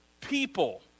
people